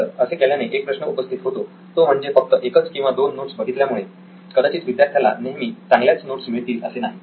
पण तसे केल्याने एक प्रश्न उपस्थित होतो तो म्हणजे फक्त एकच किंवा दोन नोट्स बघितल्यामुळे कदाचित विद्यार्थ्याला नेहमी चांगल्याच नोट्स मिळतील असे नाही